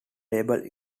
table